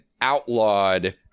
outlawed